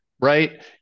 right